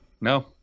No